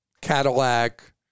Cadillac